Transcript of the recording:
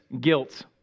guilt